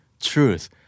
truth